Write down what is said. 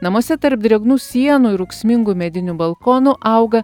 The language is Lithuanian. namuose tarp drėgnų sienų ir ūksmingų medinių balkonų auga